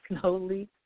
slowly